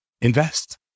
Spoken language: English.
invest